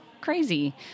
crazy